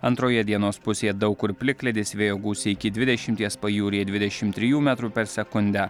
antroje dienos pusėje daug kur plikledis vėjo gūsiai iki dvidešimties pajūryje dvidešimt trijų metrų per sekundę